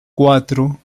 cuatro